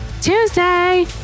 Tuesday